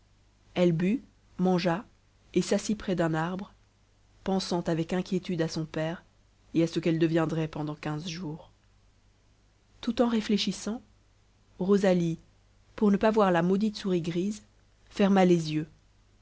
elle but mangea et s'assit près d'un arbre pensant avec inquiétude à son père et à ce qu'elle deviendrait pendant quinze jours tout en réfléchissant rosalie pour ne pas voir la maudite souris grise ferma les yeux